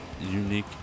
unique